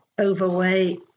overweight